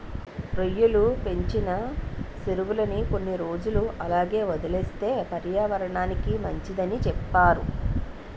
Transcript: రొయ్యలు పెంచిన సెరువుని కొన్ని రోజులు అలాగే వదిలేస్తే పర్యావరనానికి మంచిదని సెప్తారు